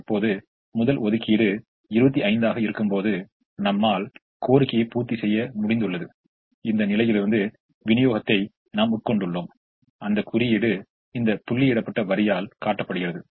இப்போது முதல் ஒதுக்கீடு 25 ஆக இருக்கும்போது நம்மால் கோரிக்கையை பூர்த்திசெய்ய முடிந்துள்ளது இந்த நிலையிலிருந்து விநியோகத்தை நாம் உட்கொண்டுள்ளோம் அந்த குறியீடு இந்த புள்ளியிடப்பட்ட வரியால் காட்டப்படுகிறது